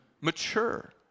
mature